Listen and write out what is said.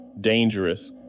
dangerous